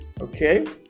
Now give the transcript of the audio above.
okay